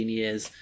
years